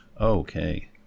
okay